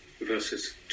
verses